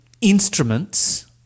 instruments